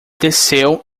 desceu